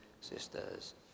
sisters